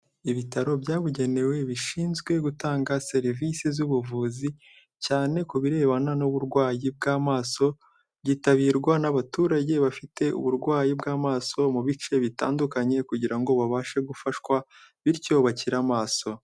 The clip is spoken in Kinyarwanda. Ibitaro byabugenewe bishinzwe gutanga serivisi z'ubuvuzi, cyane ku birebana n'uburwayi bw'amasoso, byitabirwa n'abaturage bafite uburwayi bw'amaso, mu bice bitandukanye kugira ngo babashe gufashwa bityo bakire amaso.